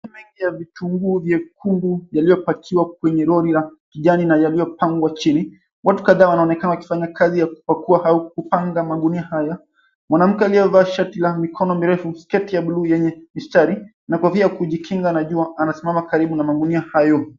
Mengi ya vitunguu vyekundu yaliyopakiwa kwenye lori la kijani na yaliyopangwa chini. Watu kadhaa wanaonekana wakifanya kazi ya kupakua hayo kupanga magunia haya. Mwanamke aliyevaa shati la mikono mirefu, sketi ya blue yenye mistari na kofia ya kujikinga na jua anasimama karibu na magunia hayo.